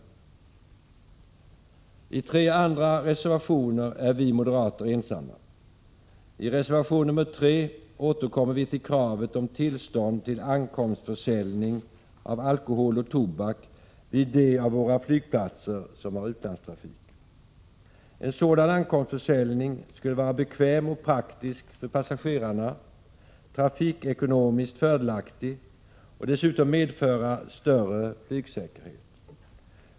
I tre andra reservationer är vi moderater ensamma. I reservation nr 3 återkommer vi till kravet på tillstånd till ankomstförsäljning av alkohol och tobak vid de av våra flygplatser som har utlandstrafik. En sådan ankomstförsäljning skulle vara bekväm och praktisk för passagerarna samt trafikekonomiskt fördelaktig. Dessutom skulle den medföra större flygsäkerhet.